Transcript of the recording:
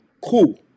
Cool